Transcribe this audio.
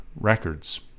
Records